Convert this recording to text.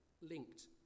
linked